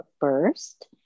first